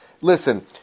Listen